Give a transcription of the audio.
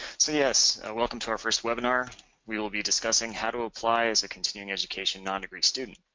so yes, welcome to our first webinar we will be discussing how to apply as a continuing education nondegree student.